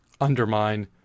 undermine